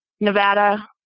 Nevada